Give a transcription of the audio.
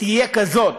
הייתה כזאת: